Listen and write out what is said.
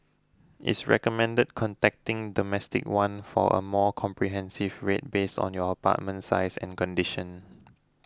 it's recommended contacting Domestic One for a more comprehensive rate based on your apartment size and condition